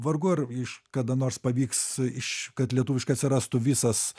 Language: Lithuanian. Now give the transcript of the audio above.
vargu ar iš kada nors pavyks iš kad lietuviškai atsirastų visas